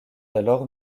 alors